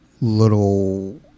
little